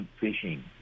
fishing